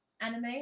anime